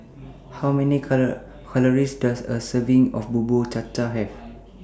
How Many Calories Does A Serving of Bubur Cha Cha Have